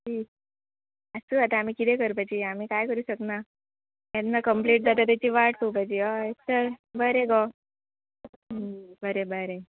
शी आसूं आतां आमी किदें करपाची आमी कांय करूं शकना केन्ना कंप्लीट जाता तेची वाट पोवपाची हय चल बरें गो बरें बरें